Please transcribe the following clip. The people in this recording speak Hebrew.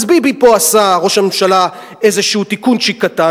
אז ביבי פה עשה, ראש הממשלה, איזה תיקונצ'יק קטן.